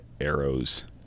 arrows